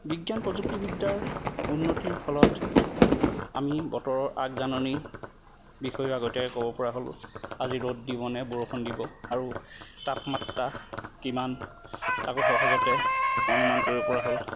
বিজ্ঞান প্ৰযুক্তিবিদ্যাৰ উন্নতিৰ ফলত আমি বতৰৰ আগজাননী বিষয়েও আগতীয়াকৈ ক'ব পৰা হ'লোঁ আজি ৰ'দ দিব নে বৰষুণ দিব আৰু তাপমাত্ৰা কিমান তাকো সহজতে অনুমান কৰিব পৰা হ'লোঁ